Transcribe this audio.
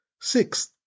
Sixth